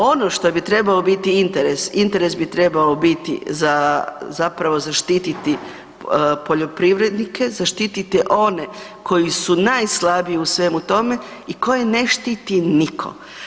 Ono što bi trebao biti interes, interes bi trebao biti za, zapravo zaštititi poljoprivrednike, zaštititi one koji su najslabiji u svemu tome i koje ne štiti niko.